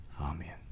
amen